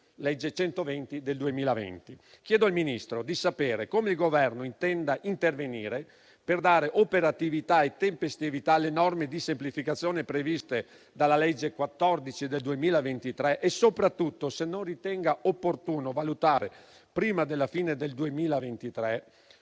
legge n. 120 del 2020. Chiedo al Ministro di sapere come il Governo intenda intervenire per dare operatività e tempestività alle norme di semplificazione previste dalla legge n. 14 del 2023 e soprattutto se non ritenga opportuno valutare, prima della fine del 2023,